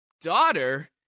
daughter